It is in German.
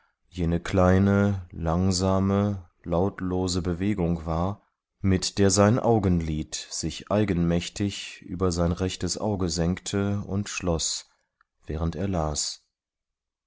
jene kleine langsame lautlose bewegung war mit der sein augenlid sich eigenmächtig über sein rechtes auge senkte und schloß während er las